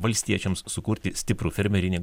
valstiečiams sukurti stiprų fermerinį